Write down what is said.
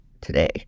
today